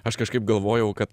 aš kažkaip galvojau kad